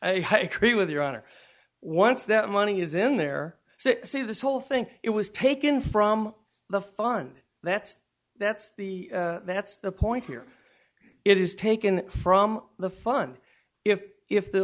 honor i agree with your honor once that money is in there so say this whole thing it was taken from the fund that's that's the that's the point here it is taken from the fun if if the